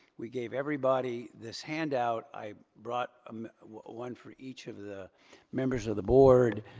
we gave everybody this handout. i brought um one for each of the members of the board.